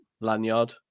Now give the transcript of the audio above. lanyard